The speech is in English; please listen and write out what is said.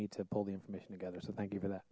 me to pull the information together so thank you for that